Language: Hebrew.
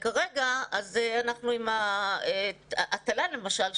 כרגע אנחנו עם התל"ן למשל,